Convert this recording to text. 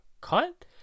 cut